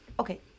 Okay